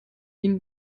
ihnen